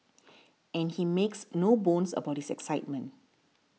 and he makes no bones about his excitement